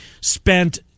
spent